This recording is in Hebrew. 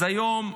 אז היום,